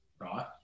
right